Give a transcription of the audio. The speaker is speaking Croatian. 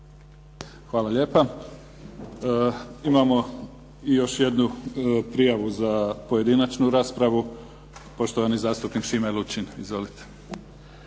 Hvala lijepa. Imamo i još jednu prijavu za pojedinačnu raspravu, poštovani zastupnik Šime Lučin. Izvolite.